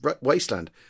Wasteland